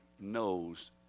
knows